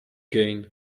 gain